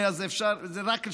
זה רק של,